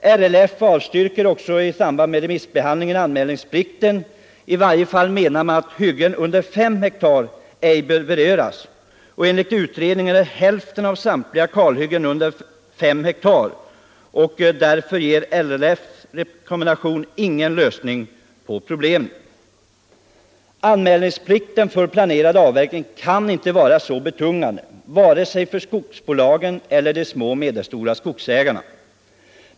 LRF har också i samband med remissbehandlingen avstyrkt anmälningsplikten. I varje fall menar man att hyggen under fem hektar ej bör beröras. Enligt utredningen är hälften av samtliga kalhyggen under fem hektar. LRF:s rekommendation är därför ingen lösning på problemet. Anmälningsplikten för planerad avverkning kan inte vara så betungande vare sig för storbolagen eller de små och medelstora skogsägarna.